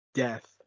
death